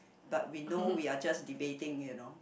but we know we are just debating you know